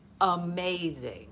amazing